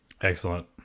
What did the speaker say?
Excellent